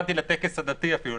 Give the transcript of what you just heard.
כיוונתי לטקס הדתי אפילו,